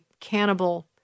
cannibal